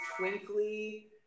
twinkly